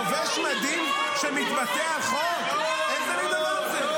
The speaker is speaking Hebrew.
לובש מדים שמתבטא על חוק, איזה מין דבר זה?